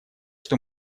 что